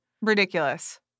Ridiculous